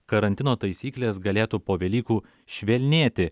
karantino taisyklės galėtų po velykų švelnėti